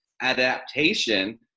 adaptation